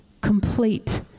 complete